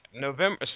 November